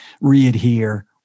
re-adhere